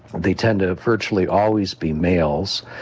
they tend to virtually always be males,